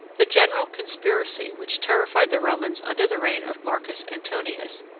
the general conspiracy which terrified the romans under the reign of marcus antoninus,